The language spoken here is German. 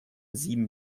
sieben